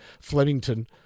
Flemington